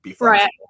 Right